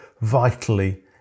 vitally